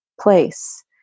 place